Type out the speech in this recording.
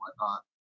whatnot